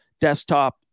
desktop